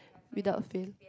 without fail